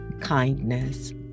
kindness